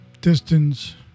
distance